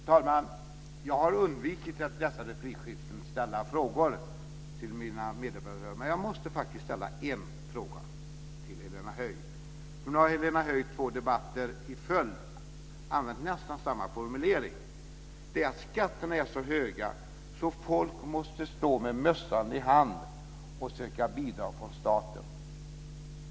Fru talman! Jag har undvikit att ställa frågor till mina meddebattörer i dessa replikskiften, men jag måste faktiskt ställa en fråga till Helena Höij. Nu har Helena Höij använt nästan samma formulering i två debatter i följd, nämligen att skatterna är så höga att folk måste stå med mössan i hand och söka bidrag från staten.